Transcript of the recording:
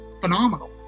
phenomenal